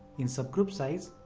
in subgroup size,